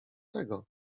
tego